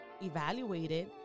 evaluated